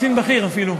קצין בכיר אפילו.